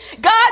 God